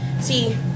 See